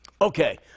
Okay